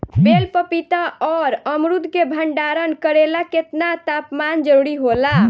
बेल पपीता और अमरुद के भंडारण करेला केतना तापमान जरुरी होला?